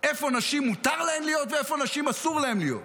איפה לנשים מותר להיות ואיפה לנשים אסור להיות.